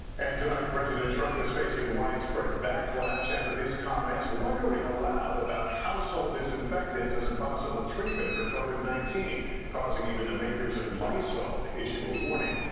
and tonight, president trump is facing widespread backlash after his comments wondering aloud about household disinfectants as a possible treatment for covid nineteen causing the makers of lysol to issue a warning.